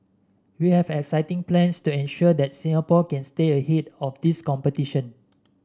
we have exciting plans to ensure that Singapore can stay ahead of this competition